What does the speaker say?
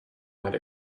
might